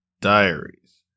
Diaries